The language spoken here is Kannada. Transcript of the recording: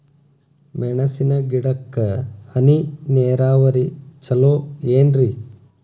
ಮೆಣಸಿನ ಗಿಡಕ್ಕ ಹನಿ ನೇರಾವರಿ ಛಲೋ ಏನ್ರಿ?